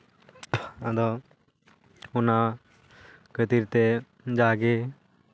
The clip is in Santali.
ᱟᱫᱚ ᱚᱱᱟ ᱠᱷᱟᱹᱛᱤᱨ ᱛᱮ ᱡᱟᱜᱮ